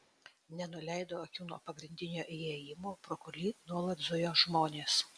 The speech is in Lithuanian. nenuleido akių nuo pagrindinio įėjimo pro kurį nuolat zujo žmonės